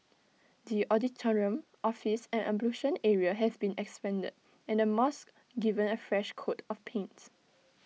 the auditorium office and ablution area have been expanded and the mosque given A fresh coat of paint